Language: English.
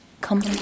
Come